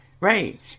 right